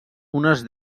unes